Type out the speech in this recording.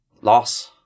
loss